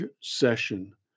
session